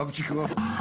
הייעוץ המשפטי.